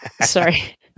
Sorry